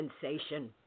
sensation